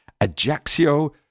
Ajaxio